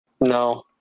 No